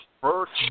first